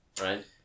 right